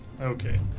Okay